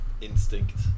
Instinct